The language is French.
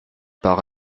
par